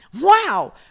wow